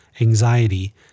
anxiety